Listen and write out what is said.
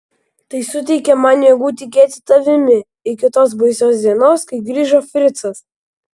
tai suteikė man jėgų tikėti tavimi iki tos baisios dienos kai grįžo fricas